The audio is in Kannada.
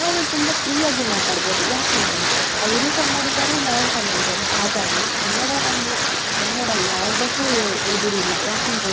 ನಾವು ತುಂಬ ಫ್ರೀಯಾಗಿ ಮಾತಾಡ್ಬೋದು ಯಾಕಂದರೆ ಅವರೂ ಕನ್ನಡಿಗರು ನಾವು ಕನ್ನಡಿಗರು ಹಾಗಾಗಿ ಕನ್ನಡವನ್ನು ಕನ್ನಡ ಯಾವುದಕ್ಕು ಎದುರಿಲ್ಲ ಯಾಕಂದರೆ